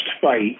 fight